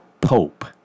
Pope